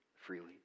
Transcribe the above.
freely